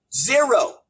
Zero